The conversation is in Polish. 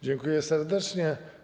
Dziękuję serdecznie.